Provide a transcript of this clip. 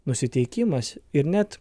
nusiteikimas ir net